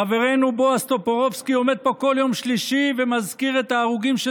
חברנו בועז טופורובסקי עומד פה כל יום שלישי ומזכיר את ההרוגים של